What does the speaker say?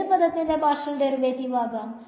ഏത് പദത്തിന്റെ partial derivative ആവാം